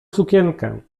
sukienkę